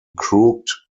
crooked